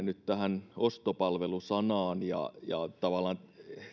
nyt tähän ostopalvelu sanaan ja tavallaan